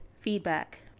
feedback